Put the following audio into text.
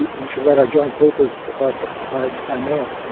we we should write our joint papers by by mail,